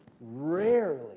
Rarely